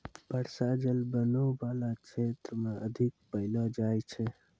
बर्षा जल बनो बाला क्षेत्र म अधिक पैलो जाय छै